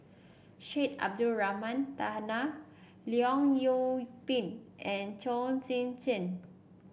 Syed Abdulrahman Taha Leong Yoon Pin and Chong Tze Chien